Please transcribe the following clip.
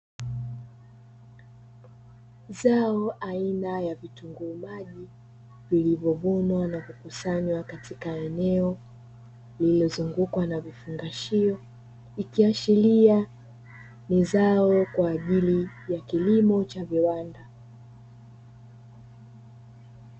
Zao aina ya vitunguu maji lililovunwa na kukusanywa katika eneo lililozungukwa na vifungashio, likiashiria ni zao kwa ajili ya kilimo cha viwanda.